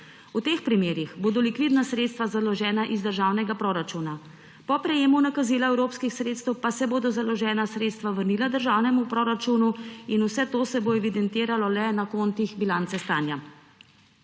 V teh primerih bodo likvidna sredstva založena iz državnega proračuna. Po prejemu nakazila evropskih sredstev pa se bodo založena sredstva vrnila državnemu proračunu in vse to se bo evidentiralo le na kontih bilance stanja.